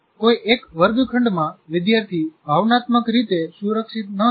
કોઈ એક વર્ગખંડમાં વિદ્યાર્થી ભાવનાત્મક રીતે સુરક્ષિત ન લાગે